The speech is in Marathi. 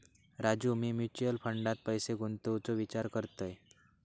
राजू, मी म्युचल फंडात पैसे गुंतवूचो विचार करतय